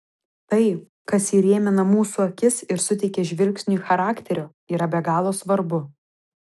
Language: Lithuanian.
tai kas įrėmina mūsų akis ir suteikia žvilgsniui charakterio yra be galo svarbu